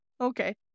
okay